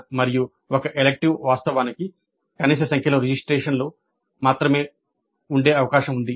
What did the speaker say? మరియు ఒక ఎలిక్టివ్ వాస్తవానికి కనీస సంఖ్యలో రిజిస్ట్రన్ట్లు మాత్రమే ఉండే అవకాశం ఉంది